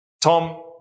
Tom